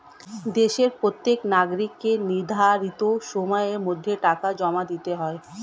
দেশের প্রত্যেক নাগরিককে নির্ধারিত সময়ের মধ্যে টাকা জমা দিতে হয়